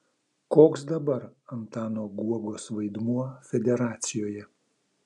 koks dabar antano guogos vaidmuo federacijoje